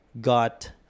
got